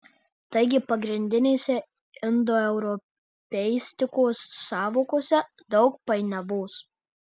taigi pagrindinėse indoeuropeistikos sąvokose daug painiavos